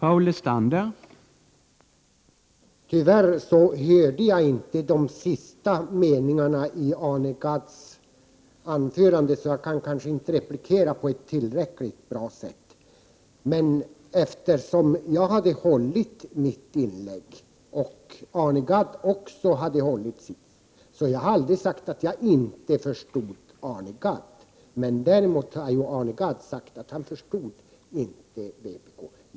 Herr talman! Tyvärr hörde jag inte de sista meningarna i Arne Gadds anförande, så jag kan kanske inte replikera på ett tillräckligt bra sätt. Men jag hade hållit mitt anförande och Arne Gadd hade också hållit sitt, och jag har aldrig sagt att jag inte förstod Arne Gadd. Däremot har Arne Gadd sagt att han inte förstod vpk.